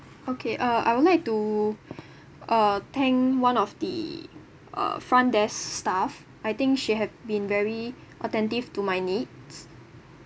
okay uh I would like to uh thank one of the uh front desk staff I think she had been very attentive to my needs